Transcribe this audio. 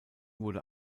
wurde